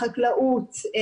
חקלאות,